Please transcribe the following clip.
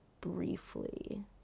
briefly